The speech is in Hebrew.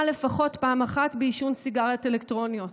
לפחות פעם אחת בעישון סיגריות אלקטרוניות.